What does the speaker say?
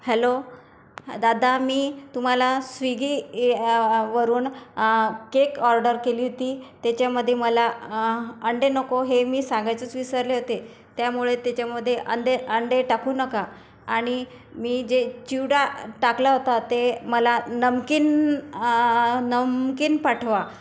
hello दादा मी तुम्हाला स्विगी वरून केक ऑर्डर केली होती त्याच्यामध्ये मला अंडे नको हे मी सांगायचेच विसरले होते त्यामुळे त्याच्यामध्ये अंडे अंडे टाकू नका आणि मी जे चिवडा टाकला होता ते मला नमकीन नमकीन पाठवा